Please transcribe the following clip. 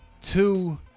Two